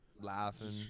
laughing